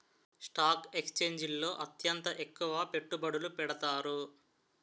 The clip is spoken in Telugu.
స్టాక్ ఎక్స్చేంజిల్లో అత్యంత ఎక్కువ పెట్టుబడులు పెడతారు